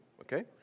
okay